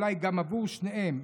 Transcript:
אולי גם עבור שניהם.